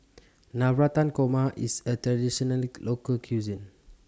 Navratan Korma IS A Traditional Local Cuisine